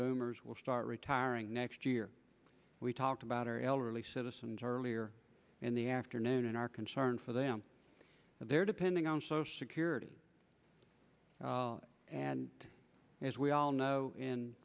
boomers will start retiring next year we talked about our elderly citizens earlier in the afternoon and are concerned for them that they're depending on social security and as we all know in